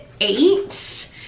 eight